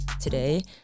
Today